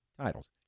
titles